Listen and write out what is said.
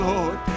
Lord